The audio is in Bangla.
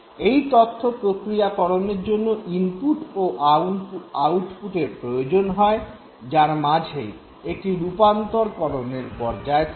এই তথ্য প্রক্রিয়াকরণের জন্য ইনপুট ও আউটপুটের প্রয়োজন হয় যার মাঝে একটি রূপান্তরকরণের পর্যায় থাকে